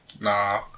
nah